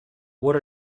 what